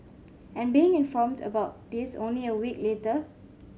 and being informed about this only a week later